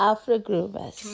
Afro-Groovers